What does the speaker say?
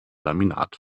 laminat